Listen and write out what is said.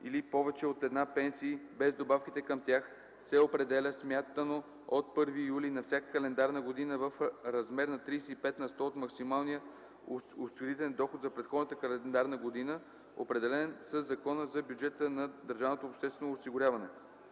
или повече от една пенсии, без добавките към тях, се определя смятано от 1 юли на всяка календарна година в размер на 35 на сто от максималния осигурителен доход за предходната календарна година, определен със Закона за бюджета на